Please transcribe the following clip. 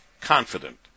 confident